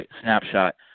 snapshot